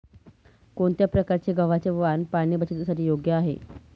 कोणत्या प्रकारचे गव्हाचे वाण पाणी बचतीसाठी योग्य आहे?